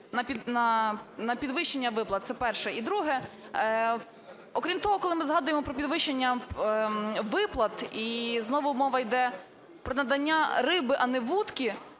на підвищення виплат. Це перше. І друге. Окрім того, коли ми згадуємо про підвищення виплат, і знову мова йде про "надання риби, а не вудки",